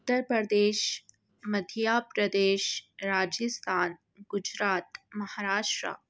Uttar Pradesh Madhya Pradesh Rajasthan Gujarat Maharashtra